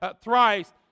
thrice